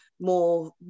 more